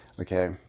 okay